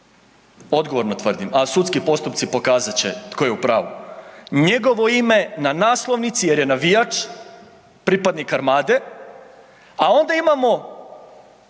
odgovorno tvrdim a sudski postupci pokazat će tko je u pravu. Njegovo ime na naslovnici jer je navijač, pripadnik Armade a onda imamo